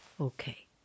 Okay